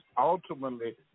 ultimately